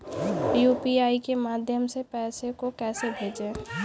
UPI के माध्यम से पैसे को कैसे भेजें?